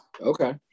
Okay